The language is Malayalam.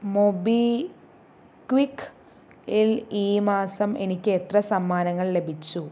മൊബിക്വിക്ക് യിൽ ഈ മാസം എനിക്ക് എത്ര സമ്മാനങ്ങൾ ലഭിച്ചു